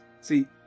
See